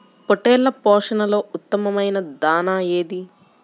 పొట్టెళ్ల పోషణలో ఉత్తమమైన దాణా ఏది?